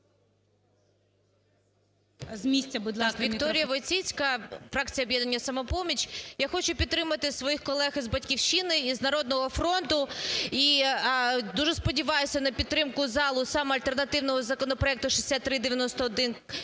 Вікторія Войціцька, фракція "Об'єднання "Самопоміч". Я хочу підтримати своїх колеги із "Батьківщини" і з "Народного фронту", і дуже сподіваюсь на підтримку залу саме альтернативного законопроекту 6391-1.